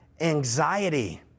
anxiety